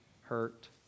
hurt